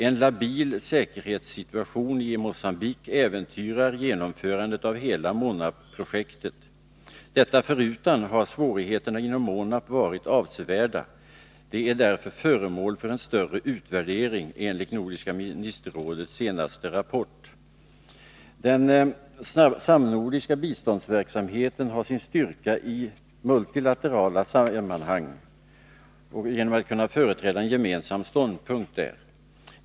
En labil säkerhetssituation i Mogambique äventyrar genomförandet av hela MONAP-projektet. Detta förutan har svårigheterna inom MONAP varit avsevärda. Projektet är därför föremål för en större utvärdering, enligt Nordiska ministerrådets senaste rapport. Den samnordiska biståndsverksamheten har genom sin styrka i multilaterala sammanhang kunnat företräda en gemensam ståndpunkt.